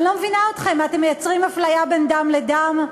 אני לא מבינה אתכם, אתם מייצרים אפליה בין דם לדם?